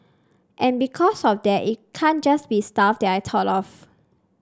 and because of that it can't just be stuff that I thought of